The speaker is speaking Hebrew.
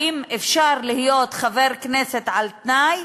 האם אפשר להיות חבר כנסת על-תנאי,